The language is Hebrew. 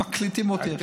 מקליטים אותי עכשיו.